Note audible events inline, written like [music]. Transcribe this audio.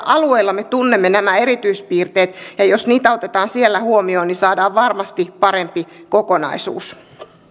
[unintelligible] alueilla me tunnemme nämä erityispiirteet ja jos niitä otetaan siellä huomioon niin saadaan varmasti parempi kokonaisuus